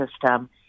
system